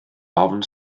ofn